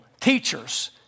teachers